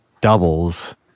doubles